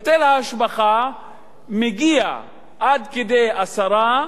היטל ההשבחה מגיע עד כדי 10%,